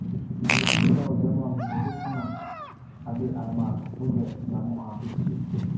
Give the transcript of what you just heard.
ᱫᱷᱤᱨᱤ ᱫᱚ ᱡᱮᱢᱚᱱ ᱫᱷᱤᱨᱤ ᱠᱷᱚᱱᱟᱜ ᱟᱹᱰᱤ ᱟᱭᱢᱟ ᱫᱷᱟᱹᱛᱩ ᱜᱮ ᱧᱟᱢᱚᱜᱼᱟ